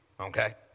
Okay